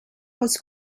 was